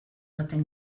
baten